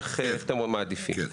מה אתם מעדיפים?